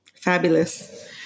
fabulous